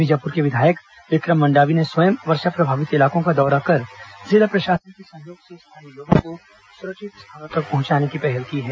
बीजापुर के विधायक विक्रम मंडावी ने स्वयं वर्षा प्रभावित इलाकों का दौरा कर जिला प्रशासन के सहयोग से स्थानीय लोगों को सुरक्षित स्थानों तक पहुंचाने की पहल की है